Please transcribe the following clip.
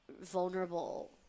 vulnerable